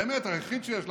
באמת היחיד שיש לכם,